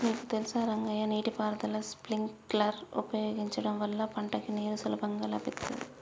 నీకు తెలుసా రంగయ్య నీటి పారుదల స్ప్రింక్లర్ ఉపయోగించడం వల్ల పంటకి నీరు సులభంగా లభిత్తుంది